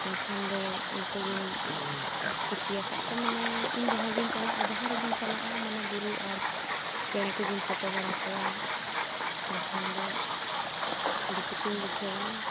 ᱢᱮᱱᱠᱷᱟᱱ ᱫᱚ ᱩᱱᱠᱩ ᱜᱤᱧ ᱠᱩᱥᱤᱭᱟᱠᱟᱫ ᱠᱚᱣᱟ ᱢᱟᱱᱮ ᱤᱧ ᱡᱟᱦᱟᱸ ᱜᱤᱧ ᱪᱟᱞᱟᱜᱼᱟ ᱡᱟᱦᱟᱸ ᱨᱮᱜᱤᱧ ᱪᱟᱞᱟᱜᱼᱟ ᱢᱟᱱᱮ ᱵᱩᱨᱩ ᱟᱨ ᱪᱮᱬᱮ ᱠᱚᱜᱮᱧ ᱯᱷᱚᱴᱳ ᱵᱟᱲᱟ ᱠᱚᱣᱟ ᱢᱮᱱᱠᱷᱟᱱ ᱫᱚ ᱟᱹᱰᱤ ᱠᱩᱥᱤᱧ ᱵᱩᱡᱷᱟᱹᱣᱟ